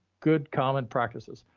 good, common practices.